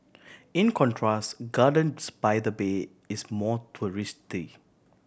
in contrast Gardens by the Bay is more touristy